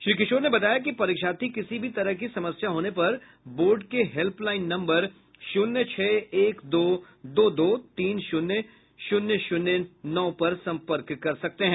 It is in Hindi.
श्री किशोर ने बताया कि परीक्षार्थी किसी भी तरह की समस्या होने पर बोर्ड के हेल्पलाईन नम्बर शून्य छह एक दो दो दो तीन शून्य शून्य शून्य नौ पर संपर्क कर सकते हैं